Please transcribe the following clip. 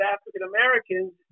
African-Americans